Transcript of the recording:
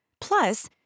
Plus